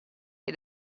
che